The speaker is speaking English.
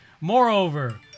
Moreover